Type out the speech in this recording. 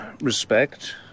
respect